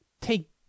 take